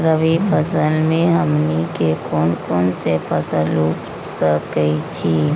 रबी फसल में हमनी के कौन कौन से फसल रूप सकैछि?